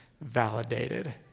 validated